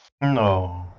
No